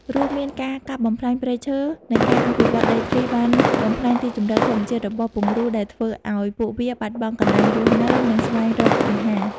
រួមមានការកាប់បំផ្លាញព្រៃឈើ និងការអភិវឌ្ឍន៍ដីធ្លីបានបំផ្លាញទីជម្រកធម្មជាតិរបស់ពង្រូល ដែលធ្វើឲ្យពួកវាបាត់បង់កន្លែងរស់នៅ និងស្វែងរកអាហារ។